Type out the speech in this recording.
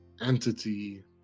entity